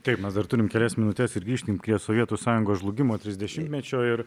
taip mes dar turim kelias minutes ir grįžkim prie sovietų sąjungos žlugimo trisdešimtmečio ir